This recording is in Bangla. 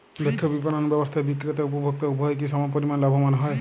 দক্ষ বিপণন ব্যবস্থায় বিক্রেতা ও উপভোক্ত উভয়ই কি সমপরিমাণ লাভবান হয়?